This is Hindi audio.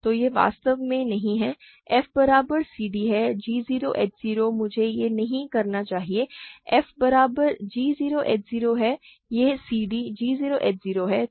तो यह वास्तव में नहीं है f बराबर cd है g 0 h 0 मुझे यह नहीं कहना चाहिए कि f बराबर g 0 h 0 है यह cd g 0 h 0 है